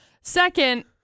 Second